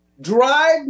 Drive